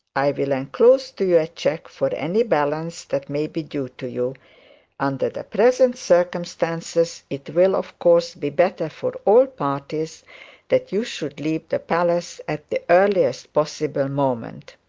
i will enclose to you a cheque for any balance that may be due to you and, the present circumstances, it will of course be better for all parties that you should leave the palace at the earliest possible moment